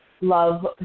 love